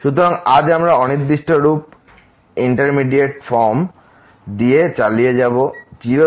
সুতরাং আজ আমরা অনির্দিষ্ট রূপ দিয়ে চালিয়ে যাব 0 থেকে